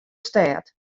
stêd